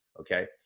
okay